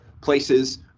places